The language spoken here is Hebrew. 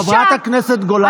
חברת הכנסת גולן, תודה.